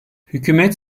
hükümet